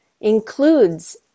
includes